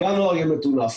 וינואר יהיה מטונף.